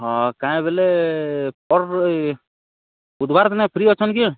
ହଁ କାଏଁଯେ ବେଲେ ବୁଧୁବାର୍ ଦିନେ ଫ୍ରି ଅଛନ୍ କି ଆଜ୍ଞା